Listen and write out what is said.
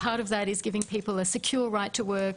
חלק מכך זה להעניק לאנשים אפשרות לעבוד,